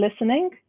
listening